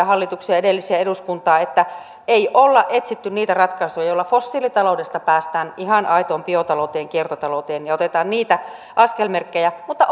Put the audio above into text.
hallituksia edellisiä eduskuntia että ei olla etsitty niitä ratkaisuja joilla fossiilitaloudesta päästään ihan aitoon biotalouteen kiertotalouteen ja otetaan niitä askelmerkkejä mutta